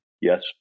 Yes